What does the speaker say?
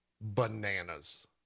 bananas